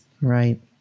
Right